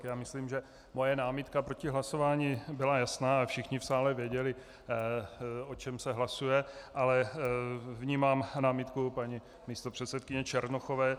Já myslím, že moje námitka proti hlasování byla jasná a všichni v sále věděli, o čem se hlasuje, ale vnímám námitku paní místopředsedkyně Černochové.